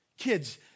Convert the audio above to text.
Kids